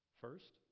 First